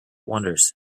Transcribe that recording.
wonders